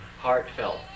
heartfelt